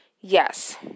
Yes